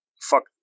fuck